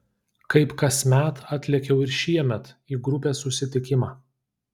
kaip kasmet atlėkiau ir šiemet į grupės susitikimą